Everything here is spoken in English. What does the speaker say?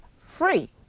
free